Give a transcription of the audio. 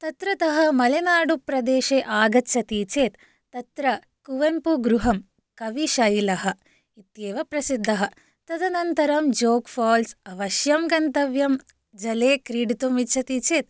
तत्रतः मलेनाडु प्रदेशे आगच्छति चेत् तत्र कुवम्पुगृहं कविशैलः इत्येव प्रसिद्धः तदनन्तरं जोग् फाल्स् अवश्यं गन्तव्यं जले क्रीडितुम् इच्छति चेत्